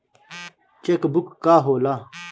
Check book का होला?